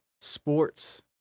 sports